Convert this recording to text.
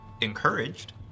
encouraged